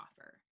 offer